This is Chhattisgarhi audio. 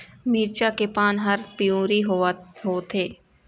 मिरचा के पान हर पिवरी होवथे?